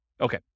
Okay